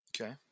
Okay